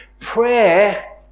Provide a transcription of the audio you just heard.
Prayer